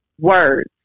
words